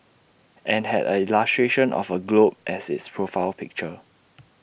and had A illustration of A globe as its profile picture